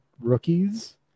rookies